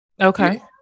Okay